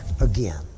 again